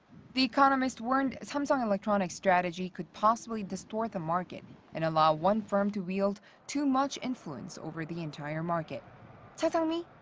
the economist warned samsung electronics' strategy could possibly distort the market and allow one firm to wield too much influence over the entire market. cha sang-mi,